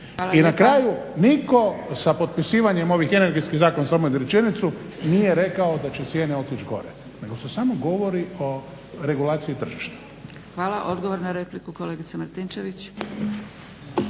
I na kraju, nitko sa potpisivanjem ovih energetskih zakona nije rekao da će cijene otići gore nego se samo govori o regulaciji tržišta. **Zgrebec, Dragica (SDP)** Hvala. Odgovor na repliku, kolegica Martinčević.